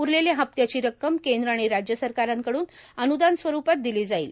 उरलेल्या हप्त्याची रक्कम केंद्र आणि राज्य सरकारांकड्न अन्दान स्वरुपात दिली जाईल